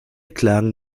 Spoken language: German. klagen